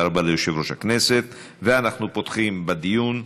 תודה רבה ליושב-ראש הכנסת, ואנחנו פותחים בדיון.